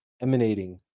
emanating